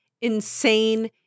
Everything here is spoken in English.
insane